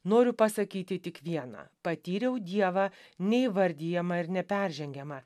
noriu pasakyti tik viena patyriau dievą neįvardijamą ir neperžengiamą